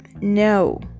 no